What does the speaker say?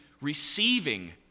receiving